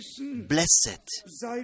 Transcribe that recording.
Blessed